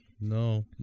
No